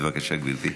אדוני.